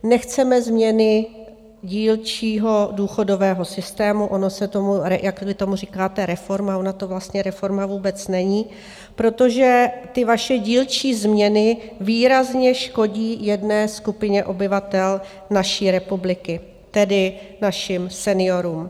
Nechceme změny dílčího důchodového systému, ono se tomu, jak vy tomu říkáte, reforma, ona to vlastně reforma vůbec není, protože ty vaše dílčí změny výrazně škodí jedné skupině obyvatel naší republiky, tedy našim seniorům.